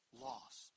lost